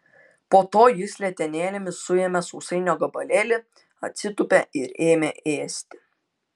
po to jis letenėlėmis suėmė sausainio gabalėlį atsitūpė ir ėmė ėsti